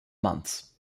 months